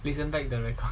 we sent back the record